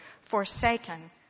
forsaken